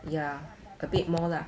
ya a bit more lah